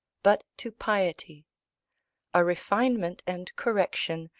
but to piety a refinement and correction,